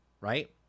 right